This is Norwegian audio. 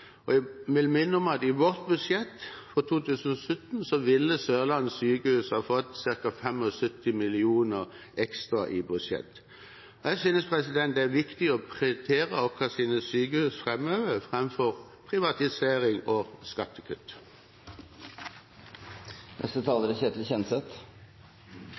bekymrer. Jeg vil minne om at i vårt budsjett for 2017 ville Sørlandet sykehus ha fått ca. 75 mill. kr ekstra i sitt budsjett. Jeg synes det er viktig å prioritere våre sykehus framover framfor privatisering og skattekutt.